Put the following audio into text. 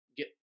get